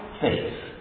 faith